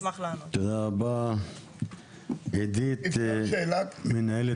תודה רבה לאידית בר, מנהלת